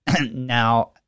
now